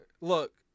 look